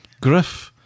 Griff